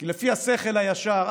כי לפי השכל הישר,